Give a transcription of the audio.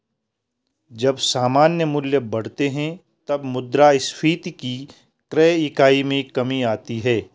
जब सामान्य मूल्य बढ़ते हैं, तब मुद्रास्फीति की क्रय इकाई में कमी आती है